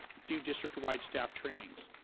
do district-wide staff trainings.